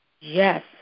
Yes